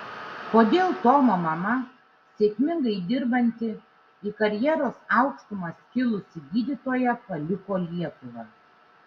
kodėl tomo mama sėkmingai dirbanti į karjeros aukštumas kilusi gydytoja paliko lietuvą